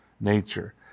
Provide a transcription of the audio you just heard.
nature